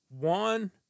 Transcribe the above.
one